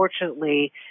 Unfortunately